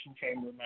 chamber